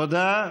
תודה.